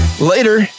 later